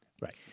Right